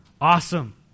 Awesome